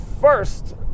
first